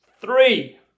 three